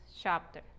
chapter